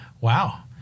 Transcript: Wow